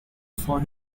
for